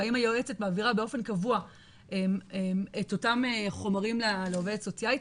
והאם היועצת מעבירה באופן קבוע את אותם חומרים לעובדת הסוציאלית.